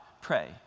pray